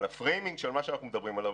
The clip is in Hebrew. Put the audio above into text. אבל הפריימינג של מה שאנחנו מדברים עליו